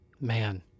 Man